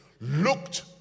Looked